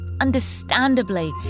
understandably